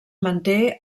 manté